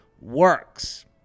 works